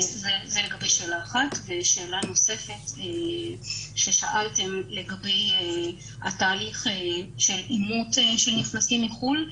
שאלה נוספת ששאלתם לגבי תהליך של אימות של נכנסים מחו"ל,